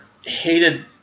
hated